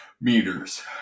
meters